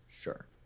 Sure